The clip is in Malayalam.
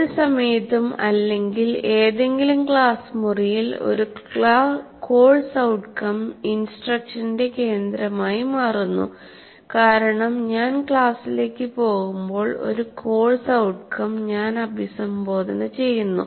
ഏത് സമയത്തും അല്ലെങ്കിൽ ഏതെങ്കിലും ക്ലാസ് മുറിയിൽ ഒരു കോഴ്സ് ഔട്ട്കം ഇൻസ്ട്രക്ഷന്റെ കേന്ദ്രമായി മാറുന്നു കാരണം ഞാൻ ക്ലാസ്സിലേക്ക് പോകുമ്പോൾ ഒരു കോഴ്സ് ഔട്ട്കം ഞാൻ അഭിസംബോധന ചെയ്യുന്നു